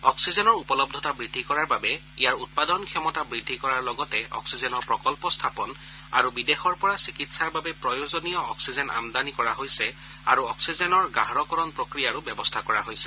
অঙ্গিজেনৰ উপলব্ধতা বৃদ্ধি কৰাৰ বাবে ইয়াৰ উৎপাদন ক্ষমতা বৃদ্ধি কৰাৰ লগতে অক্সিজেনৰ প্ৰকল্প স্থাপন আৰু বিদেশৰ পৰা চিকিৎসাৰ বাবে প্ৰয়োজনীয় অস্সিজেন আমদানি কৰা হৈছে আৰু অক্সিজেনৰ গাঢ়কৰণ প্ৰক্ৰিয়াৰো ব্যৱস্থা কৰা হৈছে